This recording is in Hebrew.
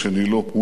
הוא נבחר.